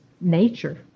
nature